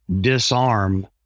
disarm